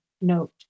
note